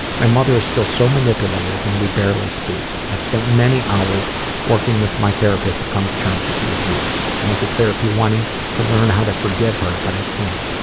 my mother is still so manipulative, and we barely speak. i've spent many hours working with my therapist to come to terms with the abuse. i went to therapy wanting to learn how to forgive her, but i can't.